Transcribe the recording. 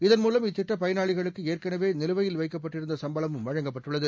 இதன் மூலம் இத்திட்ட பயனாளிகளுக்கு ஏற்கனவே நிலுவையில் வைக்கப்பட்டிருந்த சம்பளமும் வழங்கப்பட்டுள்ளது